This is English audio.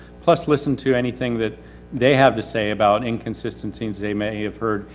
plus listen to anything that they have to say about inconsistencies they may have heard.